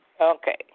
Okay